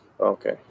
Okay